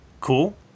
Cool